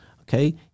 okay